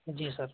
जी sir